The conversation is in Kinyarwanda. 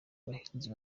abahinzi